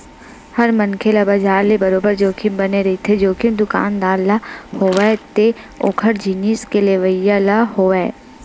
हर मनखे ल बजार ले बरोबर जोखिम बने रहिथे, जोखिम दुकानदार ल होवय ते ओखर जिनिस के लेवइया ल होवय